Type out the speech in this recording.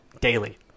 daily